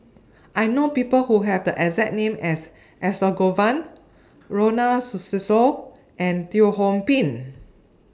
I know People Who Have The exact name as Ronald Susilo and Teo Ho Pin